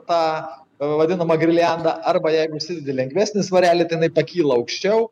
tą vadinamą girliandą arba jeigu užsidedi lengvesnį svarelį tai jinai pakyla aukščiau